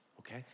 okay